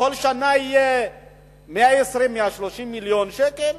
כל שנה יהיו 130-120 מיליון שקל,